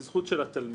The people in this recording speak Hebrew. היא זכות של התלמיד.